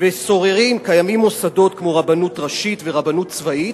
וקיימים מוסדות כמו רבנות ראשית ורבנות צבאית,